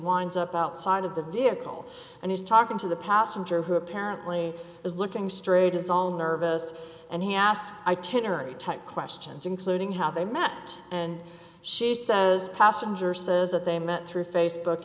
winds up outside of the vehicle and he's talking to the passenger who apparently is looking straight is all nervous and he asked i ten or any type questions including how they met and she says passenger says that they met through facebook